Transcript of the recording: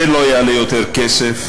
זה לא יעלה יותר כסף.